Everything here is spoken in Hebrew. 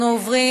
התוצאות: